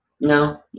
No